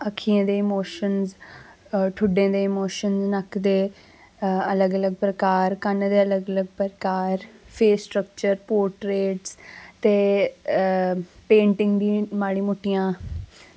अक्खियें दे इमोशन्स ठुडें दे इमोशन्स नक्क दे अलग अलग प्रकार कन्न दे अलग अलग प्रकार फेस स्ट्रक्चर पोट्रेट्स ते पेंटिंग बी माड़ी मोट्टियां